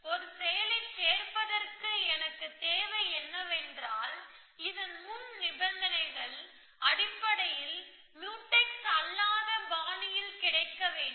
ஒரு செயலைச் சேர்ப்பதற்கு எனக்குத் தேவை என்னவென்றால் இதன் முன் நிபந்தனைகள் அடிப்படையில் முயூடெக்ஸ் அல்லாத பாணியில் கிடைக்க வேண்டும்